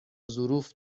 ظروف